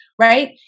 right